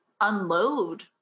unload